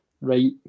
right